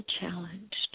challenged